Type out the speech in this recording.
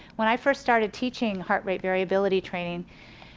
when i first started teaching heart rate variability training,